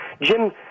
Jim